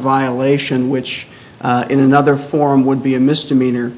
violation which in another form would be a misdemeanor